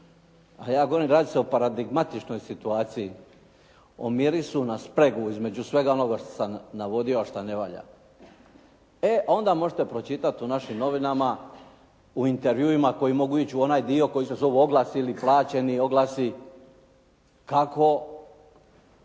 a ja govorim radi se paradigmatičnoj situaciji, o mirisu na spregu između svega onoga što sam navodio a šta ne valja. Onda možete pročitati u našim novinama, u intervjuima koji mogu ići u onaj dio koji se zovu oglasi ili plaćeni oglasi kako